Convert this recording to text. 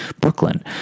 Brooklyn